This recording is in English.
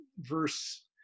verse